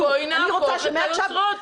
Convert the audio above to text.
בואי נהפוך את היוצרות.